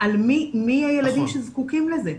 מי הילדים שזקוקים לזה.